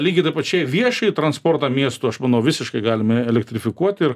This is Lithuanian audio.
lygiai tai pačiai viešąjį transportą miestų aš manau visiškai galime elektrifikuoti ir